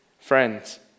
Friends